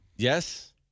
Yes